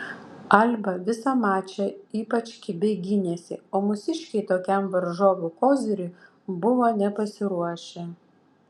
alba visą mačą ypač kibiai gynėsi o mūsiškiai tokiam varžovų koziriui buvo nepasiruošę